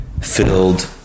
filled